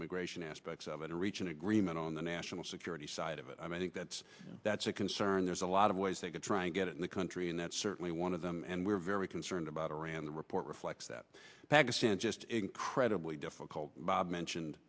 immigration aspects of it and reach an agreement on the national security side of it i think that's that's a concern there's a lot of ways they could try and get it in the country and that's certainly one of them and we're very concerned about iran the report reflects that pakistan just incredibly difficult bob mentioned